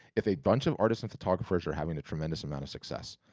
if a bunch of artisan photographers are having a tremendous amount of success.